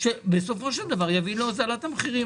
של דבר להוזלת המחירים.